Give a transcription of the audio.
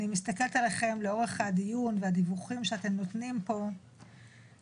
אני מסתכלת עליכם לאורך הדיון והדיווחים שאתם נותנים פה ואני